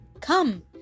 Come